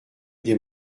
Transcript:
des